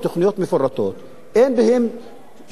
אין בהם כבישי גישה,